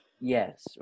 Yes